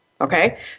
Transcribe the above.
Okay